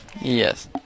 Yes